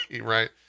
right